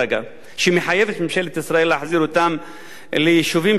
שמחייב את ממשלת ישראל להחזיר אותם ליישובים שלהם.